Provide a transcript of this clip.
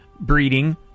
breeding